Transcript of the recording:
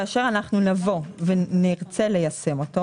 כאשר נרצה ליישמו,